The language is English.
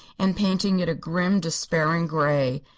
and painting it a grim, despairing gray.